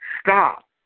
stop